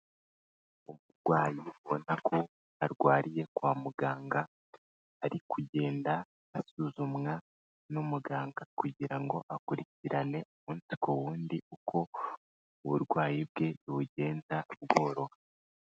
Umurwayi ubona ko arwariye kwa muganga ari kugenda asuzumwa n'umuganga kugira ngo akurikirane umunsi ku w'undi uko uburwayi bwe bugenda bworoha.